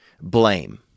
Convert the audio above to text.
blame